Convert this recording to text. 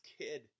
kid